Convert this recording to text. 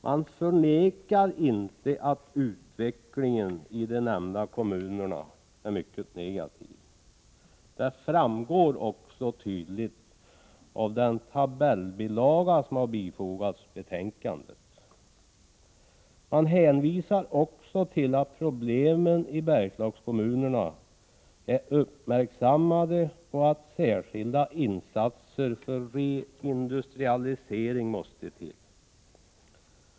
Man förnekar inte att utvecklingen i nämnda kommuner är mycket negativ, och detta framgår också tydligt av den tabellbilaga som har bifogats till betänkandet. Man hänvisar också till att problemen i Bergslagskommunerna är uppmärksammade och att särskilda insatser för reindustrialisering måste ske.